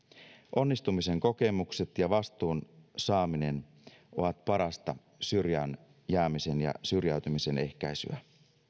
onnistumisen kokemukset ja vastuun saaminen ovat parasta syrjään jäämisen ja syrjäytymisen ehkäisyä